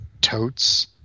totes